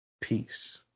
Peace